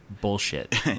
bullshit